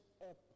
up